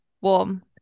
warm